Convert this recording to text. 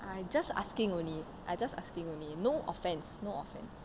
I just asking only I just asking only no offence no offence